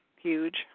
Huge